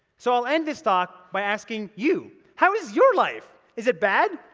so i'll end this talk by asking you, how is your life? is it bad?